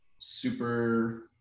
super